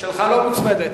שלי לא מוצמדת.